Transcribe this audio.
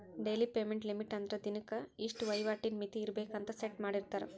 daily payment limit ಅಂದ್ರ ದಿನಕ್ಕೆ ಇಷ್ಟ ವಹಿವಾಟಿನ್ ಮಿತಿ ಇರ್ಬೆಕ್ ಅಂತ ಸೆಟ್ ಮಾಡಿರ್ತಾರ